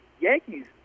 Yankees